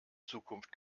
zukunft